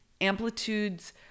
amplitudes